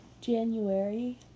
January